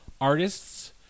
artists